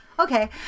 Okay